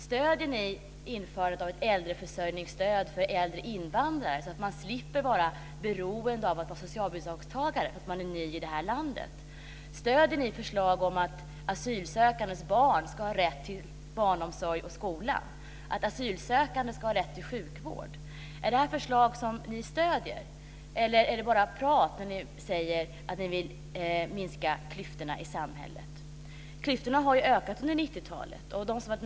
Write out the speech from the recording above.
Stöder ni införandet av ett äldreförsörjningsstöd för äldre invandrare så att man slipper vara beroende, slipper vara socialbidragstagare, därför att man är ny i det här landet? Stöder ni förslag om att asylsökandes barn ska ha rätt till barnomsorg och skola och att asylsökande ska ha rätt till sjukvård? Är det här förslag som ni stöder eller är det bara prat när ni säger att ni vill minska klyftorna i samhället? Klyftorna har ju ökat under 90-talet.